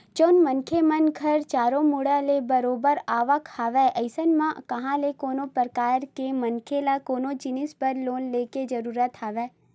जउन मनखे मन घर चारो मुड़ा ले बरोबर आवक हवय अइसन म कहाँ ले कोनो परकार के मनखे ल कोनो जिनिस बर लोन लेके जरुरत हवय